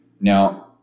Now